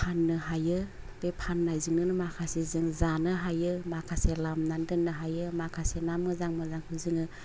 फान्नो हायो बे फान्नायजोंनो माखासे जों जानो हायो माखासे लामनानै दोन्नो हायो माखासे ना मोजां मोजांखौ जोङो